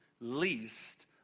least